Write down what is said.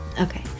Okay